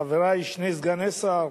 חברי שני סגני שר,